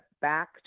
back